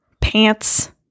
pants